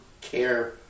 care